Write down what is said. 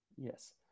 Yes